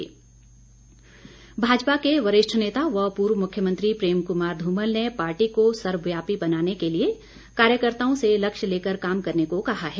धुमल भाजपा के वरिष्ठ नेता व पूर्व मुख्यमंत्री प्रेम कुमार धूमल ने पार्टी को सर्वव्यापी बनाने के लिए कार्यकर्ताओं से लक्ष्य लेकर काम करने को कहा है